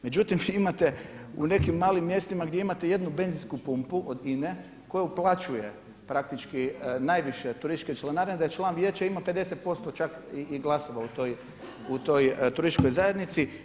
Međutim imate u nekim malim mjestima gdje imate jednu benzinsku pumpu od INA-e koja uplaćuje praktički najviše turističke članarine da član vijeća ima 50% i glasova u toj turističkoj zajednici.